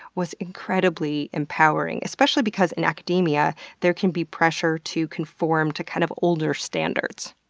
was incredibly empowering, especially because in academia there can be pressure to conform to kind of older standards.